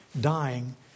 dying